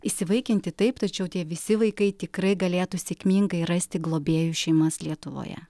įsivaikinti taip tačiau tie visi vaikai tikrai galėtų sėkmingai rasti globėjų šeimas lietuvoje